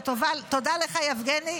ותודה לך, יבגני,